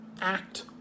act